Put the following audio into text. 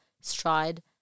stride